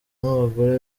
n’abagore